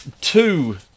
two